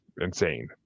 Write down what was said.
insane